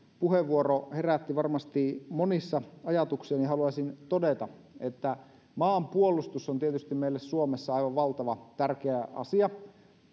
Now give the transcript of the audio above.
puheenvuoro herätti varmasti monissa ajatuksia haluaisin todeta että maanpuolustus on tietysti meille suomessa aivan valtavan tärkeä asia